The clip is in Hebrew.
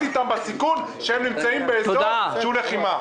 איתם בסיכון בגלל שהם נמצאים באזור של לחימה.